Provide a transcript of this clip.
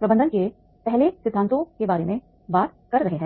प्रबंधन के पहले सिद्धांतों के बारे में बात कर रहे हैं